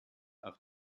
auf